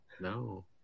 No